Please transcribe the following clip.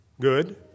good